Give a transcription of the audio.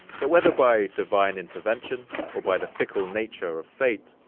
but whether by divine intervention or by the fickle nature of fate,